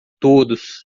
todos